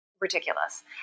ridiculous